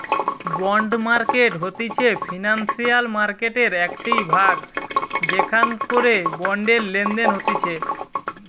bond market হতিছে financial মার্কেটের একটিই ভাগ যেখান করে বন্ডের লেনদেন হতিছে